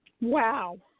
Wow